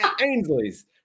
Ainsley's